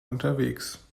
unterwegs